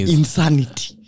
insanity